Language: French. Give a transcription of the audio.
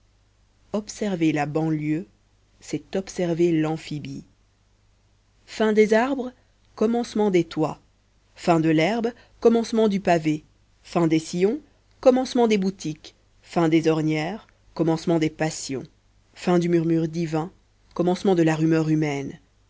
observer la banlieue c'est observer l'amphibie fin des arbres commencement des toits fin de l'herbe commencement du pavé fin des sillons commencement des boutiques fin des ornières commencement des passions fin du murmure divin commencement de la rumeur humaine